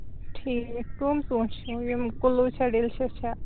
ٹھیٖک حظ کٕم ژوٗنٹھۍ چھِو یِم کٔلوٗ چھا ڈیلِشَس چھا